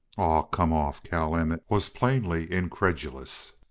come off! cal emmett was plainly incredulous.